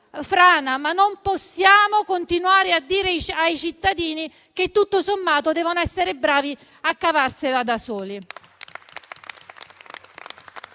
frana. Ma non possiamo continuare a dire ai cittadini che, tutto sommato, devono essere bravi a cavarsela da soli.